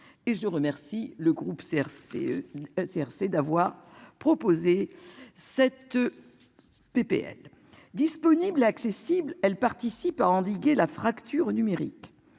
et je remercie le groupe CRC. CRC d'avoir proposé cette. PPL disponible, accessible, elle participe à endiguer la fracture numérique.